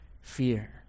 fear